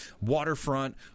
waterfront